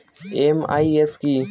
MIS কি?